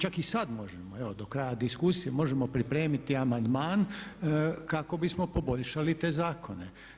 Čak i sada možemo, evo do kraja diskusije možemo pripremiti amandman kako bismo poboljšali te zakone.